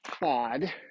pod